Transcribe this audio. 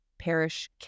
parish